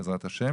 בעזרת ה'.